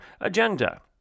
agenda